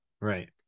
Right